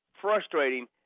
frustrating